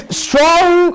strong